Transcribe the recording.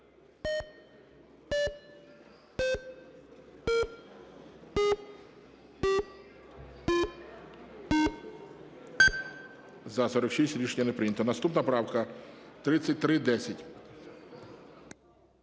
За-46 Рішення не прийнято. Наступна правка 3310.